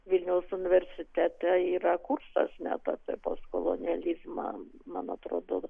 vilniaus universitete yra kursas net apie postkolonializmą man atrodo